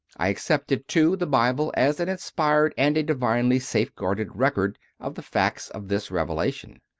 i accepted, too, the bible as an inspired and a divinely safeguarded record of the facts of this revelation.